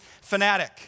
fanatic